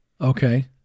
Okay